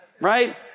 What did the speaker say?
Right